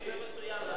ההצעה לכלול את הנושא